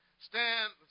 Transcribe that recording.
stand